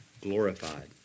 glorified